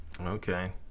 Okay